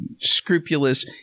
scrupulous